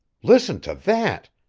listen to that!